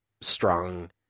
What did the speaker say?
strong